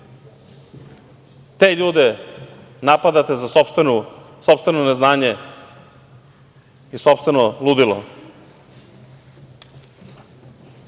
Te ljude napadate za sopstveno neznanje i sopstveno ludilo. Uveren